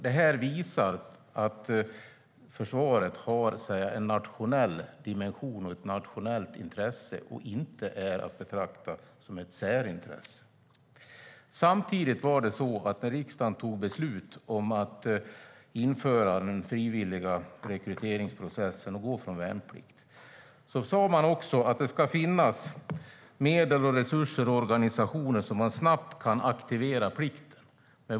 Det här visar att försvaret har en nationell dimension, ett nationellt intresse, och inte är att betrakta som ett särintresse. Samtidigt var det så att när riksdagen fattade beslut om att införa den frivilliga rekryteringsprocessen och gå ifrån värnplikt sade man också att det ska finnas medel, resurser och organisationer för att snabbt aktivera plikten.